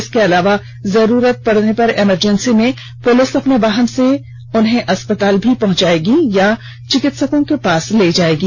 इसके अलावा जरूरत पड़ने पर इमरजेंसी में पुलिस अपने वाहन से अस्पताल भी पहुंचाएगी या चिकित्सकों के पास ले जाएगी